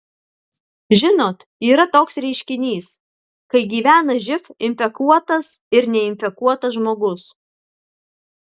žinot yra toks reiškinys kai gyvena živ infekuotas ir neinfekuotas žmogus